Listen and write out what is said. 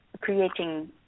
creating